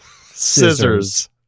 Scissors